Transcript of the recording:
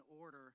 order